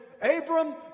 Abram